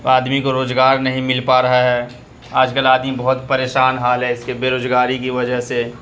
آدمی کو روزگار نہیں مل پا رہا ہے آج کل آدمی بہت پریشان حال ہے اس کے بیروزگاری کی وجہ سے